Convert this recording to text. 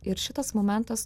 ir šitas momentas